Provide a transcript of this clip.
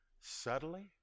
subtly